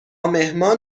مهمان